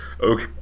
okay